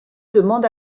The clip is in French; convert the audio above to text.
demande